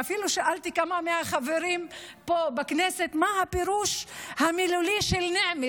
ואפילו שאלתי כמה מהחברים פה בכנסת מה הפירוש המילולי של "נעמי".